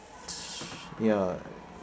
ya